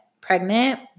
pregnant